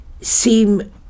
seem